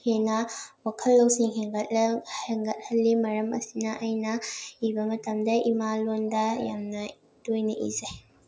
ꯍꯦꯟꯅ ꯋꯥꯈꯜ ꯂꯧꯁꯤꯡ ꯍꯦꯟꯒꯠꯍꯜꯂꯤ ꯃꯔꯝ ꯑꯁꯤꯅ ꯑꯩꯅ ꯏꯕ ꯃꯇꯝꯗ ꯏꯃꯥ ꯂꯣꯟꯗ ꯌꯥꯝꯅ ꯇꯣꯏꯅ ꯏꯖꯩ